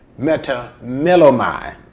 metamelomai